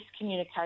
miscommunication